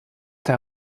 der